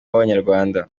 b’abanyarwanda